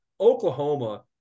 Oklahoma